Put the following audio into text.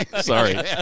Sorry